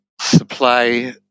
supply